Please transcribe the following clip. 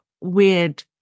weird